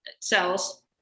cells